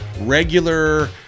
regular